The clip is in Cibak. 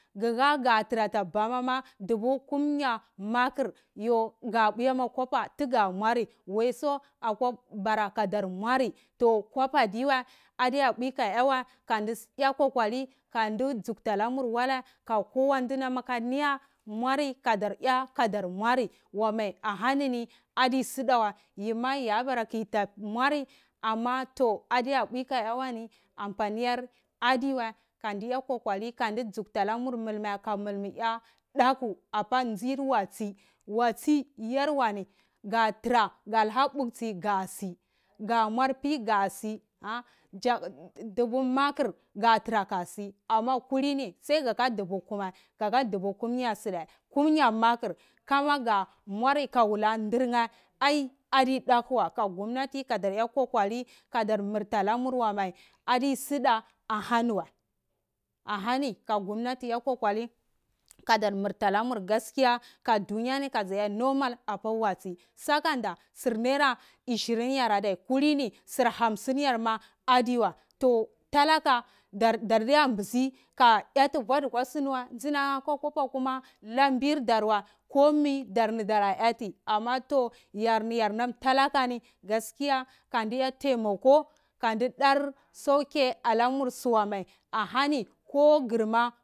Nkuha ka dra ta babama dubu kumya makr yo ka uwema koba tuka muari waiso akwa bara kadar moari toh koba dowa ade uwa ka awa kanisi a kokori kani tzukta namur walaka kowa donam ka niya mori kadar a kadar moari wamao ahani inini ade sitawa yima yabara ko zakto moro amma toh adeta uwe ka ayawani anyanir adiwa kanto a kokori tsuktanamuri ka mulmu ayata ku apa tzir wazi, wazi yarwani ka turani lapukso ka si, ka muarpi ka si ha jam tubu makur ka tura kasi, amma kulini saika tubu kume, ko tubu kunne zide, kumya makr kama kamuari kawula dirkye ai ado takuwe ka civonnati kadr a kwakori d kadir mirtanamuruniwao adi sida ahaniwa ahanika gumnati a kokori kadari da kadir mirtanamurmiwai adi sida ahaniwa ahanika, gumnati a kolori kadar mirta namun kaskiya ka duniya kasi a normal apa wazi sakada zir nera ishirin yara dai kulini zruhazon yarma adiwa, toh talaka dar tete bisi ati bwatuka siniwa tinam ka kwaba kuma lampirtarwa kowi darni dara ayati amma toh yarni yarnam talakani gaskiya kawi aya temoko kawo tar sauke alamursu wamai aheni inini ko ngirma.